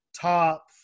top